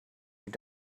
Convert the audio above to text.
your